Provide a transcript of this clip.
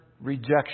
rejection